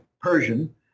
Persian